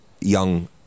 young